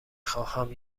خواهم